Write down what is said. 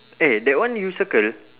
eh that one you circle